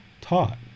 taught